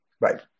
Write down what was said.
right